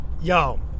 yo